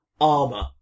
armor